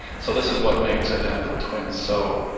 so, this is what makes identical twins so,